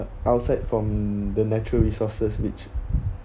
outside from the natural resources which